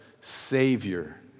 savior